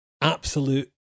absolute